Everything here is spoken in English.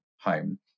home